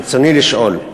רצוני לשאול: